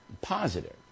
positive